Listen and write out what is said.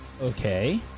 Okay